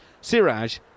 Siraj